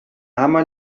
ama